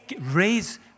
Raise